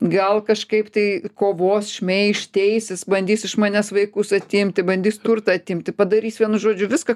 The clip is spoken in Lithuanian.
gal kažkaip tai kovos šmeiš teisis bandys iš manęs vaikus atimti bandys turtą atimti padarys vienu žodžiu viską